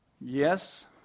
Yes